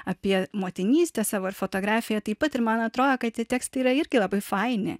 apie motinystę savo fotografiją taip pat ir man atrodo kad tie tekstai yra irgi labai faini